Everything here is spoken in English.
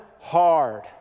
hard